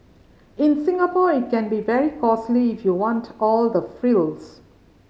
in Singapore it can be very costly if you want all the frills